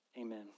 Amen